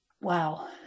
Wow